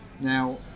now